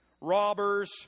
robbers